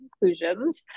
conclusions